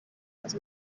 los